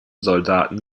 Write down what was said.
soldaten